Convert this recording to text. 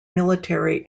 military